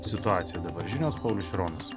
situacija dabar žinios paulius šironas